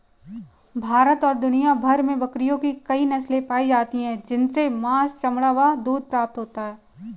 भारत और दुनिया भर में बकरियों की कई नस्ले पाली जाती हैं जिनसे मांस, चमड़ा व दूध प्राप्त होता है